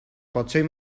potser